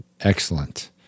excellent